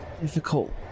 difficult